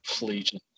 Legion